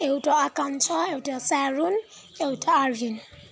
एउटा आकाङ्क्षा एउटा स्यारोन एउटा आर्यन